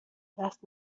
دست